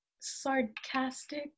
sarcastic